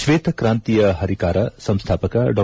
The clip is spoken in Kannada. ಶ್ನೇತಕ್ತಾಂತಿಯ ಹರಿಕಾರ ಸಂಸ್ನಾಪಕ ಡಾ